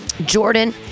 Jordan